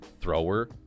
thrower